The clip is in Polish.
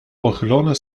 pochylone